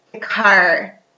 car